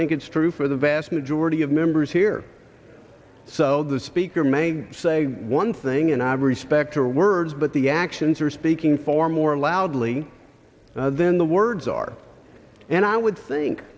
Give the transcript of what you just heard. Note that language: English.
think it's true for the vast majority of members here so the speaker may say one thing and i respect her words but the actions are speaking for more loudly then the words are and i would think